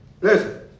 Listen